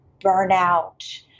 burnout